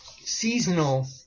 seasonal